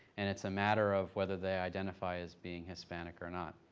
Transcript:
and it's a matter of whether they identify as being hispanic or not.